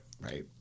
right